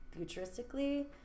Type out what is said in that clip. futuristically